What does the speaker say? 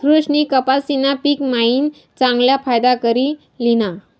सुरेशनी कपाशीना पिक मायीन चांगला फायदा करी ल्हिना